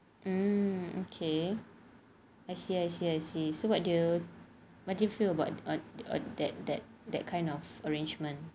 hmm okay I see I see I see sebab dia what do you feel about on on that that kind of arrangement